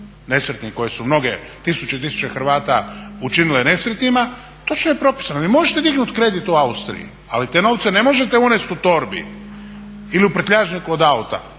nesretnih koje su mnoge tisuće i tisuće Hrvata učinile nesretnima, točno je propisano. Vi možete dignut kredit u Austriji, ali te novce ne možete unest u torbi ili u prtljažniku od auta